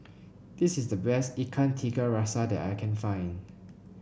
this is the best Ikan Tiga Rasa that I can find